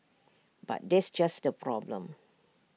but that's just the problem